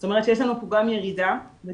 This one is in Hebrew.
זאת אומרת שיש לנו פה גם ירידה בדיווחים.